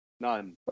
None